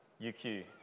UQ